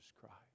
Christ